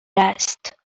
است